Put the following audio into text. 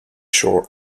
sure